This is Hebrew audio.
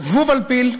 זבוב על פיל,